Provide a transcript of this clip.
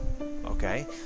okay